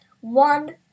one